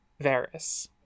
Varus